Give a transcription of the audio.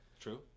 True